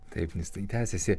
taip nes tai tęsiasi